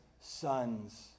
sons